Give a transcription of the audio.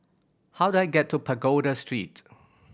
how do I get to Pagoda Street